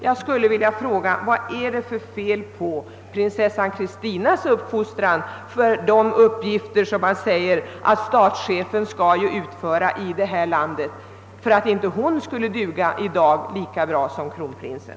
Jag skulle vilja fråga vad det är för fel på prinsessan Christinas uppfostran för de uppgifter som statschefen skall utföra i detta land? Varför duger inte hon i dag lika bra som kronprinsen?